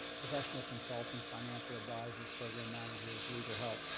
professional consultants financial advisors program managers legal help.